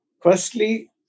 Firstly